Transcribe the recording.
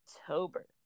October